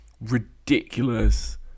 ridiculous